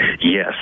Yes